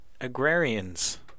agrarians